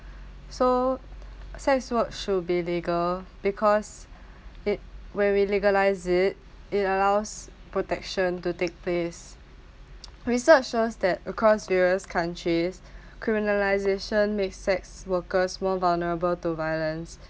so sex work should be legal because it when we legalise it it allows protection to take place research shows that across europe countries criminalisation make sex workers more vulnerable to violence